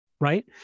right